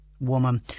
woman